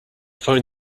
phone